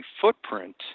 footprint